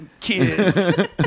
kids